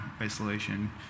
isolation